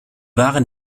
waren